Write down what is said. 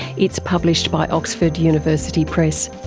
it's published by oxford university press.